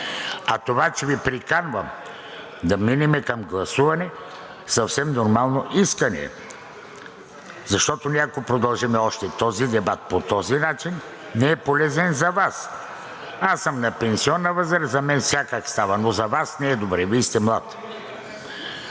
А това, че Ви приканвам да минем към гласуване, съвсем нормално искане е, защото ние, ако продължим още този дебат по този начин – не е полезен за Вас. Аз съм на пенсионна възраст. За мен всякак става, но за Вас не е добре. Вие сте млад.